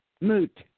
moot